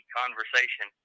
conversation